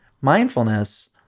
mindfulness